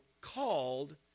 called